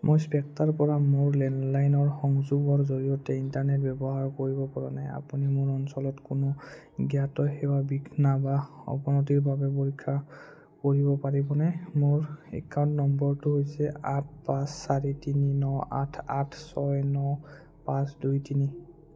মই স্পেক্ট্ৰাৰপৰা মোৰ লেণ্ডলাইন সংযোগৰ জৰিয়তে ইণ্টাৰনেট ব্যৱহাৰ কৰিব পৰা নাই আপুনি মোৰ অঞ্চলত কোনো জ্ঞাত সেৱা বিঘ্ন বা অৱনতিৰ বাবে পৰীক্ষা কৰিব পাৰিবনে মোৰ একাউণ্ট নম্বৰটো হৈছে আঠ পাঁচ চাৰি তিনি ন আঠ আঠ ছয় ন পাঁচ দুই তিনি